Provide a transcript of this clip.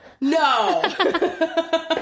No